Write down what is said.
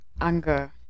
anger